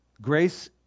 grace